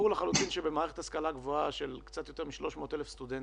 ברור לחלוטין שבמערכת השכלה גבוהה של קצת יותר מ-300,000 סטודנטים,